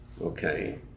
okay